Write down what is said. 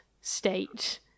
state